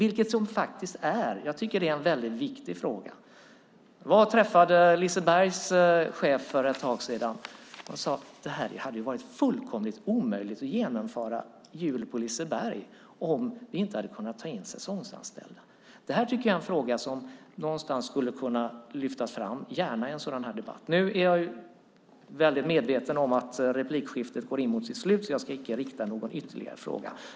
Jag tycker att det är en väldigt viktig fråga. Jag träffade Lisebergs chef för ett tag sedan. Han sade att det hade varit fullkomligt omöjligt att genomföra Jul på Liseberg om de inte hade kunnat ta in säsongsanställda. Det här tycker jag är en fråga som någonstans skulle kunna lyftas fram, gärna i en sådan här debatt. Nu är jag medveten om att replikskiftet går mot sitt slut så jag ska inte rikta någon ytterligare fråga.